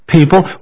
People